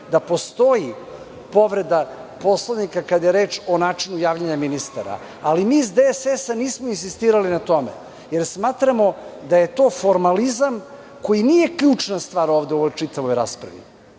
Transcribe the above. da postoji povreda Poslovnika kada je reč o načinu javljanja ministara, ali mi iz DSS nismo insistirali na tome, jer smatramo da je to formalizam koji nije ključna stvar ovde u čitavoj raspravi.